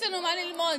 לא היה מבהיר.